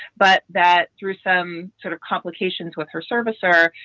but that through some sort of complications with her servicer,